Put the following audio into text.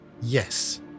Yes